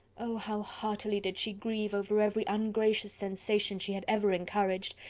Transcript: oh! how heartily did she grieve over every ungracious sensation she had ever encouraged,